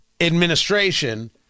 administration